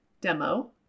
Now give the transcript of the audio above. demo